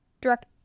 direct